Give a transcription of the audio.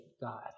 God